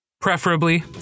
preferably